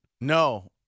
No